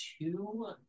Two